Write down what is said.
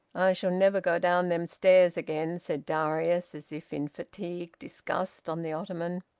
shall never go down them stairs again, said darius, as if in fatigued disgust, on the ottoman.